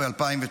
ב-2019